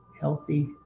healthy